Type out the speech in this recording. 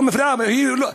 ערבית.)